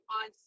on